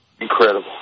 Incredible